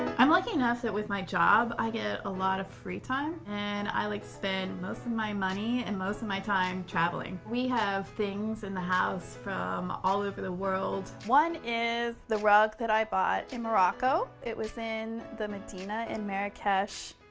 i'm lucky enough that with my job, i get a lot of free time, and i like to spend most of my money and most of my time traveling. we have things in the house from all over the world. one is the rug that i bought in morocco, it was in the medina in marrakesh,